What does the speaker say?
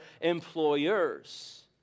employers